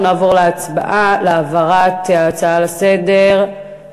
אנחנו נעבור להצבעה על העברת ההצעה לסדר-היום